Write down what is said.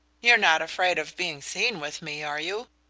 you're not afraid of being seen with me, are you?